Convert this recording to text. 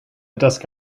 desk